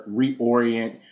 reorient